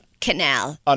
Canal